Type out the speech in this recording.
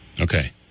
Okay